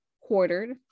quartered